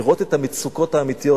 לראות את המצוקות האמיתיות.